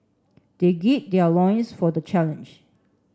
they their loins for the challenge